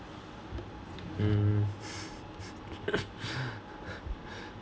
mm